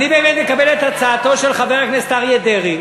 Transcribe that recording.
אני באמת מקבל את הצעתו של חבר הכנסת אריה דרעי